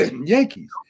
Yankees